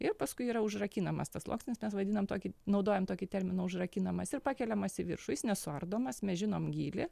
ir paskui yra užrakinamas tas sluoksnis mes vadinam tokį naudojam tokį terminą užrakinamas ir pakeliamas į viršų jis nesuardomas mes žinom gylį